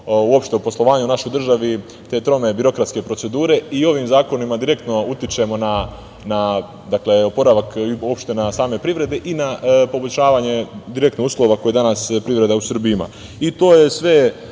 uopšte o poslovanju u našoj državi, te trome birokratske procedure i ovim zakonima direktno utičemo na, dakle, oporavak uopšte same privrede i na poboljšavanje direktnih uslova koje danas privreda u Srbiji